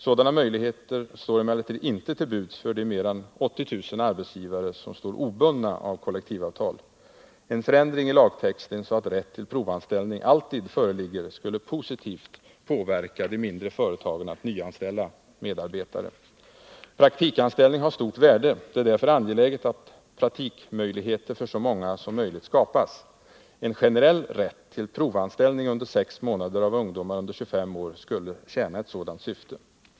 Sådana möjligheter står emellertid inte till buds för de mer än 80 000 arbetsgivare som står obundna av kollektivavtal. En förändring i lagtexten så att rätt till provanställning alltid föreligger skulle positivt påverka de mindre företagen att nyanställa medarbetare. Praktikanställning har stort värde. Det är därför angeläget att praktikmöjligheter för så många som möjligt skapas. En generell rätt till provanställning under sex månader av ungdomar under 25 år skulle tjäna ett sådant syfte.